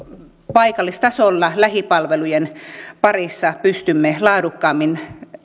paikallistasolla lähipalvelujen parissa pystymme laadukkaammin